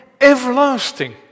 Everlasting